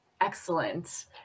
Excellent